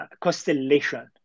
constellation